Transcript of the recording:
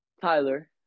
Tyler